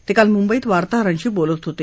ते काल मुंबईत वार्ताहरांशी बोलत होते